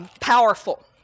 powerful